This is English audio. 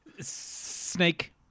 Snake